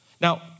Now